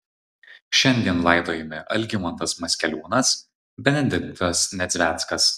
šiandien laidojami algimantas maskeliūnas benediktas nedzveckas